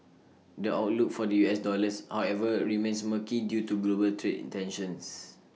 the outlook for the U S dollars however remains murky due to global trade intentions